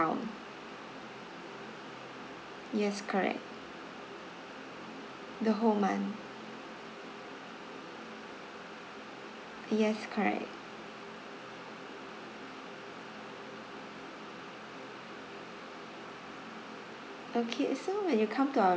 yes correct the whole month yes correct okay so when you come to our